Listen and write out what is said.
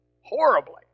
horribly